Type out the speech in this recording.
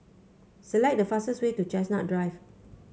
select the fastest way to Chestnut Drive